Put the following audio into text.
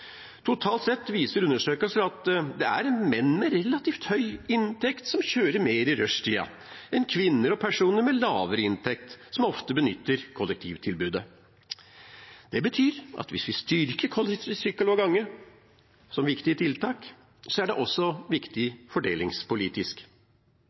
Totalt sett viser undersøkelser at det er menn med relativt høy inntekt som kjører mer i rushtiden enn kvinner og personer med lavere inntekt, som ofte benytter kollektivtilbudet. Det betyr at hvis vi styrker kollektiv, sykkel og gange som viktige tiltak, er det også viktig